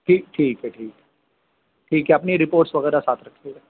ٹھیک ٹھیک ہے ٹھیک ہے ٹھیک ہے اپنی رپورٹس وغیرہ ساتھ رکھیے گا